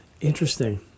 Interesting